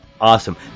awesome